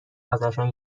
ازشان